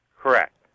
Correct